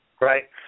Right